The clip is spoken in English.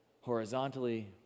horizontally